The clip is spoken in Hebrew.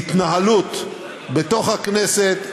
להתנהלות בתוך הכנסת,